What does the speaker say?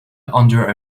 under